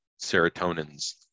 serotonin's